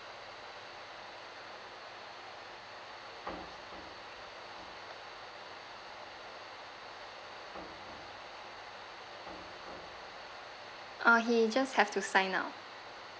uh he just have to sign up